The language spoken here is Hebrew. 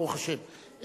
ברוך השם,